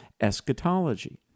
eschatology